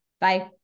Bye